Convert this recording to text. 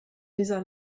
dieser